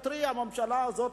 שהמדיניות של הממשלה היא